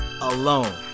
alone